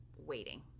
waiting